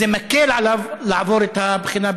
וזה מקל עליו לעבור את הבחינה,